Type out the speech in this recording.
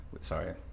Sorry